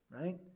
right